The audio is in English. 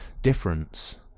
Difference